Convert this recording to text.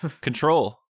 Control